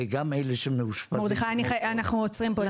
וגם אלה שמאושפזים --- מרדכי, אנחנו עוצרים פה.